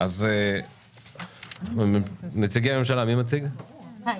נציגי הממשלה, בבקשה.